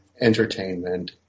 entertainment